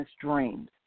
dreams